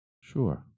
Sure